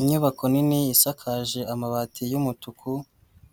Inyubako nini isakaje amabati y'umutuku